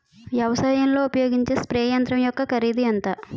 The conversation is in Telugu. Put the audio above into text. వ్యవసాయం లో ఉపయోగించే స్ప్రే యంత్రం యెక్క కరిదు ఎంత?